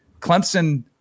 Clemson